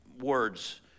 words